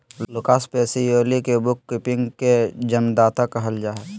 Lucas Pacioli के book keeping के जन्मदाता कहल जा हइ